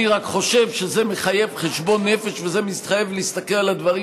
אני רק חושב שזה מחייב חשבון נפש וזה מחייב להסתכל על הדברים